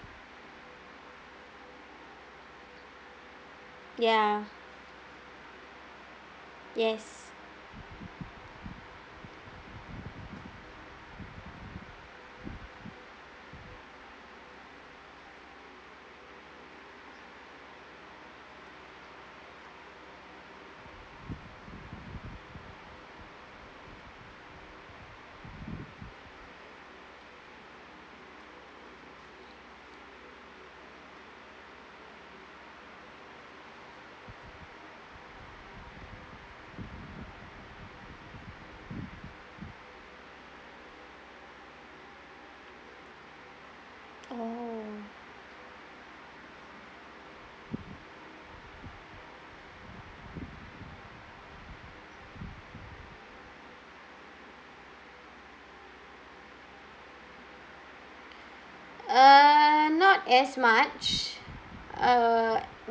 ya yes oh uh not as much uh